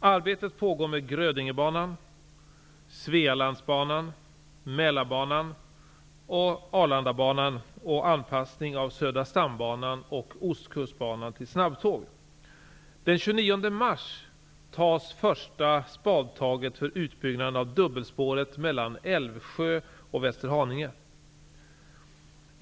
Västerhaninge.